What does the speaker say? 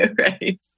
right